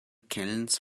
kilns